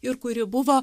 ir kuri buvo